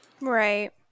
Right